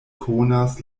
konas